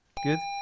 Good